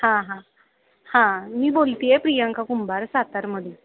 हां हां हां मी बोलते आहे प्रियांका कुंभार सातारमधून